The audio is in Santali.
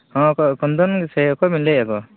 ᱦᱚᱸ ᱚᱠᱚᱭ ᱠᱚᱱᱫᱚᱱ ᱥᱮ ᱚᱠᱚᱭ ᱵᱮᱱ ᱞᱟᱹᱭᱮᱜᱼᱟ ᱜᱚ